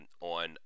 on